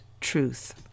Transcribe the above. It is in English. truth